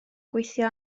gweithio